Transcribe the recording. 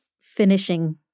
finishing